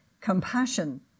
compassion